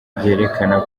byerekana